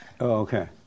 Okay